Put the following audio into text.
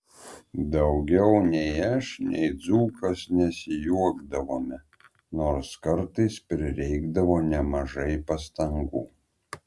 daugiau nei aš nei dzūkas nesijuokdavome nors kartais prireikdavo nemažai pastangų